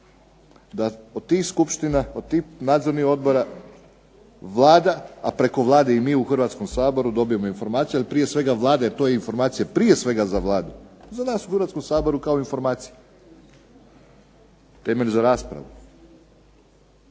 da od tih skupština, od tih nadzornih odbora Vlada, a preko Vlade i mi u Hrvatskom saboru dobijemo informacije, jer prije svega Vlada je tu informacije prije svega za Vladu, za nas u Hrvatskom saboru kao informacija, temelj za raspravu,